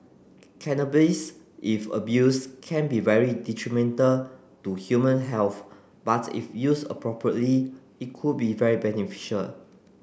cannabis if abused can be very detrimental to human health but if used appropriately it could be very beneficial